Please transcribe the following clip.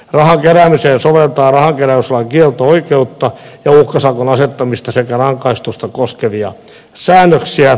rahan keräämiseen sovelletaan rahankeräyslain kielto oikeutta ja uhkasakon asettamista sekä rangaistusta koskevia säännöksiä